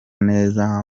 neza